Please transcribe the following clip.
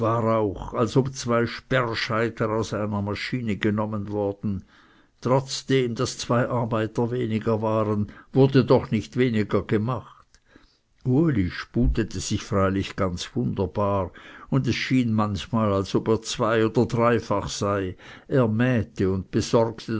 als ob zwei sperrscheiter aus einer maschine genommen worden trotzdem daß zwei arbeiter weniger waren wurde doch nicht weniger gemacht uli spudete sich freilich ganz wunderbar und es schien manchmal als ob er zwei und dreifach sei er mähte und besorgte